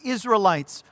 Israelites